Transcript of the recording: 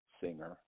singer